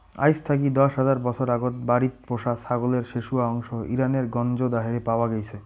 আইজ থাকি দশ হাজার বছর আগত বাড়িত পোষা ছাগলের শেশুয়া অংশ ইরানের গঞ্জ দারেহে পাওয়া গেইচে